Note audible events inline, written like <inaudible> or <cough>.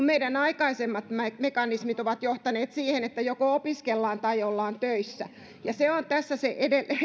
<unintelligible> meidän aikaisemmat mekanismit ovat johtaneet siihen että joko opiskellaan tai ollaan töissä se on tässä